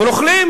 אבל אוכלים.